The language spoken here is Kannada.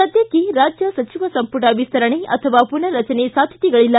ಸದ್ದಕ್ಕೆ ರಾಜ್ಯ ಸಚಿವ ಸಂಪುಟ ವಿಸ್ತರಣೆ ಅಥವಾ ಪುನರ್ರಚನೆ ಸಾಧ್ಯತೆಗಳಲ್ಲ